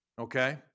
okay